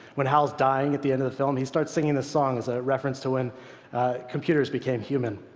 when hal's dying at the end of the film he starts singing this song, as a reference to when computers became human.